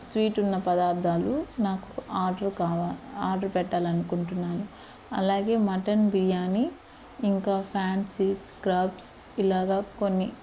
sweet ఉన్న పదార్థాలు నాకు ఆర్డర్ కావాలి ఆర్డర్ పెట్టాలని అనుకుంటున్నాను అలాగే మటన్ బిర్యానీ ఇంకా ఫ్యాన్సిస్ స్క్రబ్స్ ఇలాగా కొన్ని